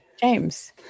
James